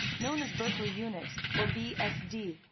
known as berkeley unix, or bsd,